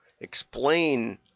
explain